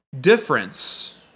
difference